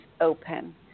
open